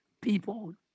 people